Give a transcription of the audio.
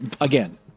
again